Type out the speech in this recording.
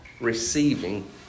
Receiving